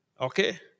Okay